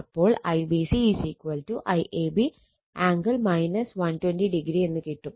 അപ്പോൾ IBC IAB angle 120o എന്ന് കിട്ടും